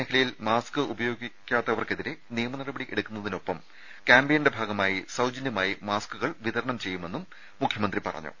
മേഖലയിൽ മാസ്ക് ഗ്രാമീണ ഉപയോഗിക്കാത്തവർക്കെതിരെ നിയമനടപടി എടുക്കുന്നതിനൊപ്പം ക്യാംപയിന്റെ ഭാഗമായി സൌജന്യമായി മാസ്കുകൾ വിതരണം ചെയ്യുമെന്നും മുഖ്യമന്ത്രി പറഞ്ഞു